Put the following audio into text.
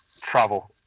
Travel